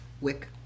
wick